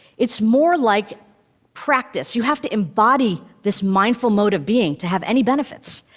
it's more like practice, you have to embody this mindful mode of being to have any benefits.